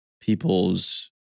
people's